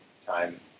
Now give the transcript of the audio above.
time